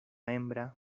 hembra